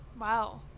Wow